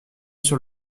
sur